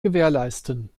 gewährleisten